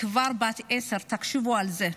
כבר בת עשר, תחשבו על זה.